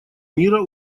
мира